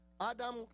Adam